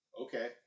Okay